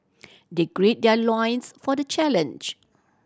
they gird their loins for the challenge